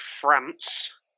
France